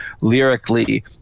lyrically